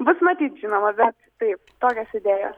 bus matyt žinoma taip tokios idėjos